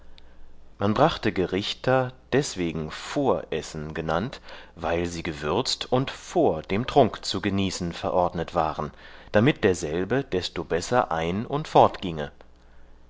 man brachte gerichter deswegen voressen genannt weil sie gewürzt und vor dem trunk zu genießen verordnet waren damit derselbe desto besser ein und fortgienge